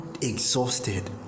exhausted